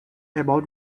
about